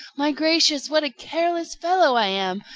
my gracious, what a careless fellow i am!